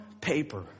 paper